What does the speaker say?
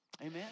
Amen